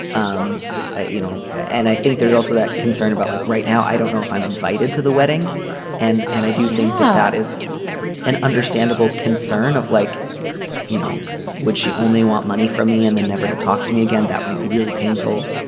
um ah you know and i think there's also that concern about like right now i don't know if i'm invited to the wedding and and i do think that that is an understandable concern of like you know would she only want money from me and the never to talk to me again. that might be really painful.